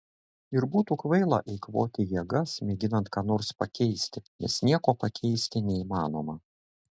ir būtų kvaila eikvoti jėgas mėginant ką nors pakeisti nes nieko pakeisti neįmanoma